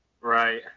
right